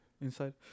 Inside